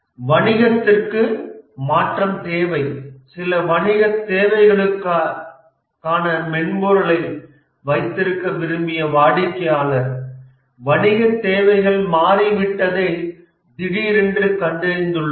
வணிகத்திற்கு மாற்றம் தேவை சில வணிகத் தேவைகளுக்கான மென்பொருளை வைத்திருக்க விரும்பிய வாடிக்கையாளர் வணிகத் தேவைகள் மாறிவிட்டதை திடீரென்று கண்டறிந்துள்ளார்